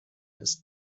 ist